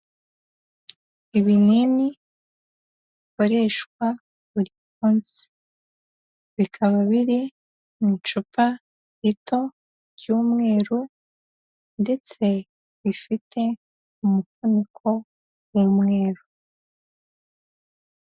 Ibinini bikoreshwa buri munsi, bikaba biri mu icupa rito ry'umweru ndetse rifite umufuniko w'umweru.